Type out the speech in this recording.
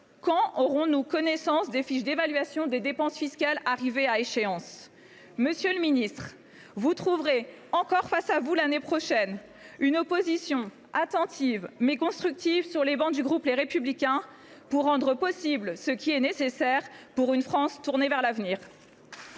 Quand aurons nous connaissance des fiches d’évaluation des dépenses fiscales arrivées à échéance ? Monsieur le ministre, vous trouverez encore face à vous, l’année prochaine, une opposition attentive, mais constructive sur les travées du groupe Les Républicains, pour rendre possible ce qui est nécessaire, pour une France tournée vers l’avenir.